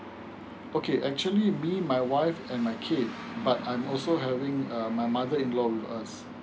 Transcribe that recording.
okay actually me my wife and my kids but I'm also having um my mother in law with us